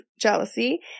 jealousy